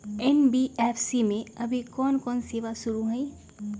NBFC में अभी कोन कोन सेवा शुरु हई?